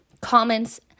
comments